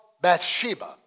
Bathsheba